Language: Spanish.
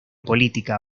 política